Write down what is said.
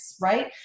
right